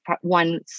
one